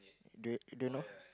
do you do you know